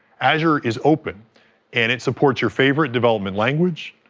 azure is open and it supports your favorite development language,